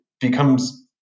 becomes